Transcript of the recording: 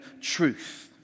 truth